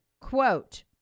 quote